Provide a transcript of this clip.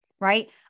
right